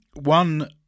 one